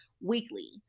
weekly